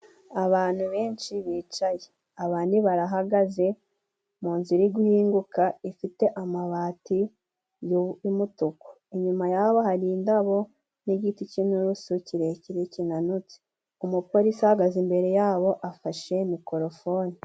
Abantu benshi bicaye. Abandi barahagaze mu nzu iri guhinguka ifite amabati y'umutuku. Inyuma yabo hari indabo n'igiti cy'inturusu kirekire kinanutse. Umupolisi ahagaze imbere yabo afashe mikorofone.